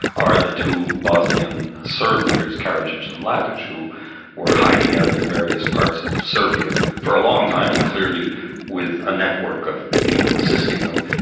are the two bosnian serb leaders karadzic and mladic who were hiding out in various parts of serbia for a long time, and clearly with a network of people assisting them.